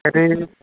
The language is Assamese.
খেতি